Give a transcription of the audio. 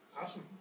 Awesome